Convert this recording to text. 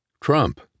Trump